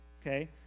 okay